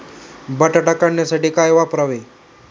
बटाटा काढणीसाठी काय वापरावे?